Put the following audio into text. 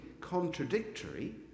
contradictory